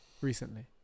Recently